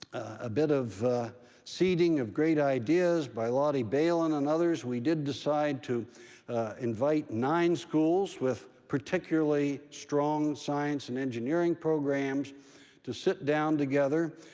a bit of seeding of great ideas by lotte bailyn and others, we did decide to invite nine schools with particularly strong science and engineering programs to sit down together,